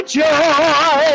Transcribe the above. joy